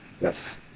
Yes